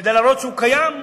כדי להראות שהוא קיים,